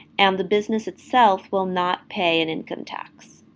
and the business itself will not pay an income tax.